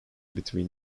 between